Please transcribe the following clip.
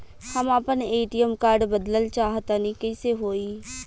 हम आपन ATM card बदलल चाह तनि कइसे होई?